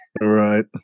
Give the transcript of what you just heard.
Right